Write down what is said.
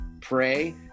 pray